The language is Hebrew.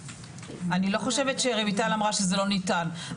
אני לא חושבת שרויטל אמרה שזה לא ניתן.